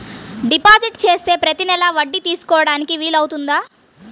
Deposit చేస్తే ప్రతి నెల వడ్డీ తీసుకోవడానికి వీలు అవుతుందా?